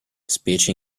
specie